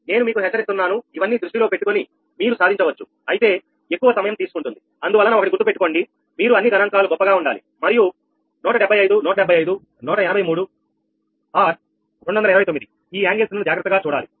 నేను మీకు హెచ్చరిస్తున్నాను ఇవన్నీ దృష్టిలో పెట్టుకొని మీరు సాధించవచ్చు అయితే ఎక్కువ సమయం తీసుకుంటుంది అందువలన ఒకటి గుర్తుపెట్టుకోండి మీరు అన్ని గణాంకాలు గొప్పగా ఉండాలి మరియు 175 175 183 or 229 ఈ కోణం జాగ్రత్తగా చూడాలి